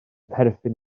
perthyn